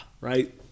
right